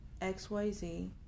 XYZ